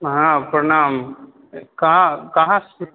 हँ प्रणाम कहाँ कहाँसॅं